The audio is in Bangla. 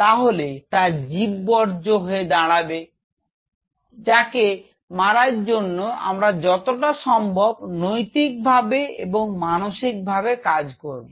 তাহলে তা জীব বর্জ্য হয়ে দাঁড়াবে যা কে মারার জন্য আমরা যতটা সম্ভব নৈতিকভাবে এবং মানবিকভাবে কাজ করব